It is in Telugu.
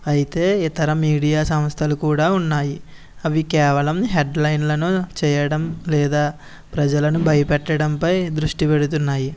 ఐతే ఇతర మీడియా సంస్థలు కూడా ఉన్నాయి అవి కేవలం హెడ్లైన్లను చేయడం లేదా ప్రజలను బయపెట్టడంపై దృష్టి పెడుతున్నాయి